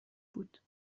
بود